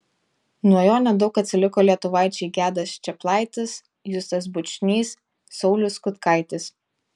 nuo jo nedaug atsiliko lietuvaičiai gedas čeplaitis justas bučnys saulius kutkaitis